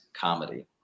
comedy